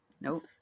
Nope